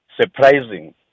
surprising